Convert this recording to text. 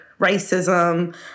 racism